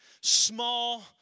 small